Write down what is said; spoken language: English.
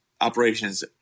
operations